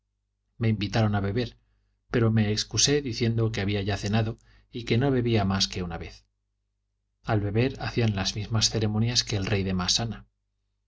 me invitaron a beber pero me excusé diciendo que había ya cenado y que no bebía mas que una vez al beber hacían las mismas ceremonias que el rey de massana